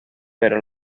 pero